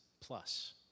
plus